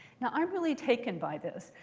now i'm really taken by this,